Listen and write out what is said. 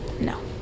No